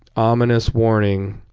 ominous warning,